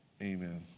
amen